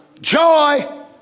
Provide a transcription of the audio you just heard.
joy